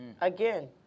Again